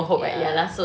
ya